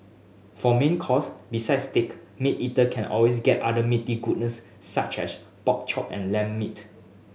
for main course besides steak meat eater can always get other meaty goodness such as pork chop and lamb meat